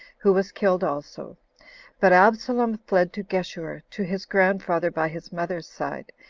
who was killed also but absalom fled to geshur, to his grandfather by his mother's side,